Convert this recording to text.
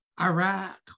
Iraq